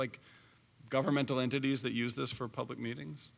like governmental entities that use this for public meetings